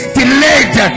delayed